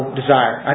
desire